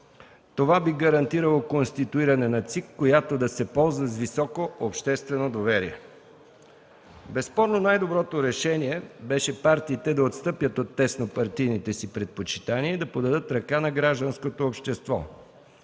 Това би гарантирало конституиране на ЦИК, която да се ползва с високо обществено доверие. Безспорно най-доброто решение беше партиите да отстъпят от теснопартийните си предпочитания и да подадат ръка на гражданското общество.